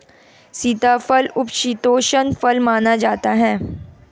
सीताफल उपशीतोष्ण फल माना जाता है